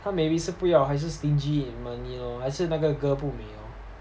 he may be 是不要还是 stingy in money lor 还是那个 girl 不美 lor